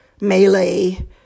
melee